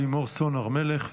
לימור סון הר מלך,